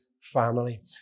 family